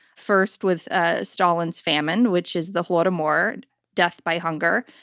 first, with ah stalin's famine, which is the holodomor, death by hunger.